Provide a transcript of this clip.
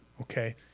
Okay